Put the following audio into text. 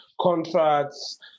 contracts